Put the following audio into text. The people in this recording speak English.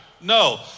No